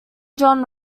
john